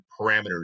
parameters